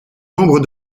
nombre